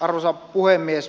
arvoisa puhemies